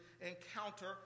encounter